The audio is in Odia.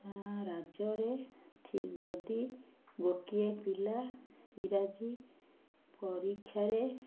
ରାଜ୍ୟରେ ଯଦି ଗୋଟିଏ ପିଲା ଇଂରାଜୀ ପରୀକ୍ଷାରେ